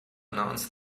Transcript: announce